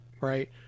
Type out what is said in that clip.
right